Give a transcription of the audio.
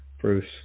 Bruce